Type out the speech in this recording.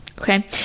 Okay